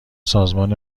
سازمان